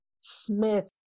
Smith